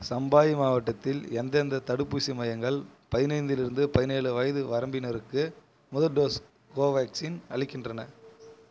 சம்பாயி மாவட்டத்தில் எந்தெந்த தடுப்பூசி மையங்கள் பதினைந்திலிருந்து பதினேழு வயது வரம்பினருக்கு முதல் டோஸ் கோவேக்ஸின் அளிக்கின்றன